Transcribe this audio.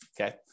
okay